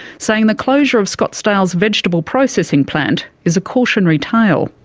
saying the closure of scottsdale's vegetable processing plant is a cautionary tale.